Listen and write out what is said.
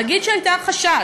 נגיד שהיה חשש,